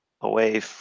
away